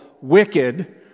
Wicked